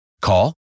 Call